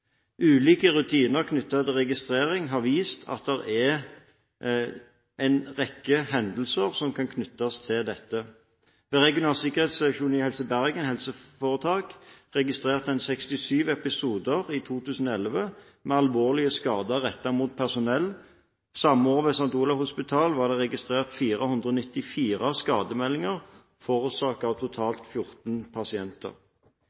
Ulike rutiner for registrering har vist at det er en rekke hendelser som kan knyttes til dette. Ved Regional sikkerhetsseksjon i Helse Bergen HF registrerte en i 2011 67 episoder med alvorlige skader rettet mot personell. Samme år var det ved St. Olavs Hospital registrert 494 skademeldinger forårsaket av